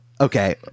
Okay